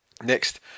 Next